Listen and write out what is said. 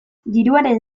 diruaren